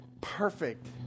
perfect